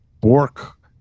Bork